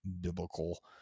biblical